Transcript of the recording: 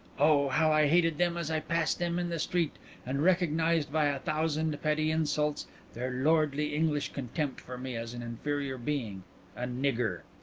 oh! how i hated them as i passed them in the street and recognized by a thousand petty insults their lordly english contempt for me as an inferior being a nigger.